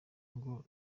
ngo